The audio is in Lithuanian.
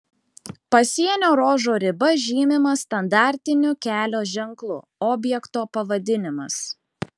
pasienio ruožo riba žymima standartiniu kelio ženklu objekto pavadinimas